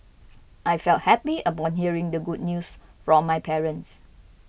I felt happy upon hearing the good news from my parents